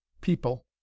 People